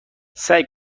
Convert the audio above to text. سعی